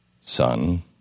Son